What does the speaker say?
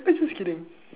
I just kidding